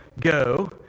go